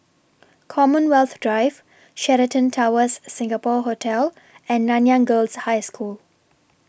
Commonwealth Drive Sheraton Towers Singapore Hotel and Nanyang Girls' High School